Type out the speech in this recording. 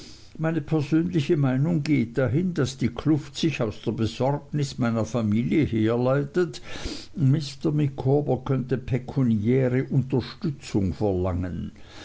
meine persönliche meinung geht dahin daß die kluft sich aus der besorgnis meiner familie herleitet mr micawber könne pekuniäre unterstützung verlangen